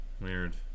Weird